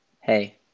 Hey